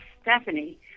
Stephanie